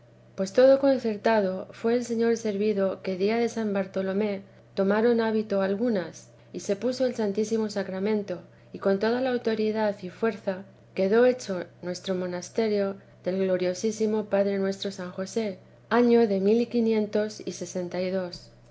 pues iodo concertado fué el señor servido que día de san bartolomé tomaron el hábito algunas y se puso el santísimo sacramento con toda autoridad y fuerza quedó hecho nuestro monasterio del gloriosísimo padre nuestro san josé año de mil y quinientos sesenta y dos